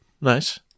Nice